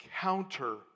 counter